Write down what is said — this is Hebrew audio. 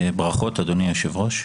ברכות, אדוני היושב-ראש.